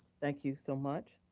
thank you so much.